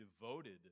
devoted